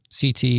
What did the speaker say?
CT